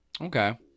Okay